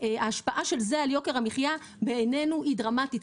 ההשפעה של זה על יוקר המחיה בעינינו היא דרמטית,